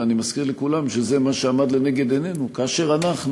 ואני מזכיר לכולם שזה מה שעמד לנגד עינינו כאשר אנחנו,